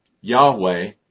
Yahweh